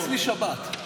אצלי שבת.